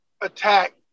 attack